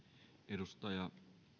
arvoisa